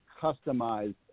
customized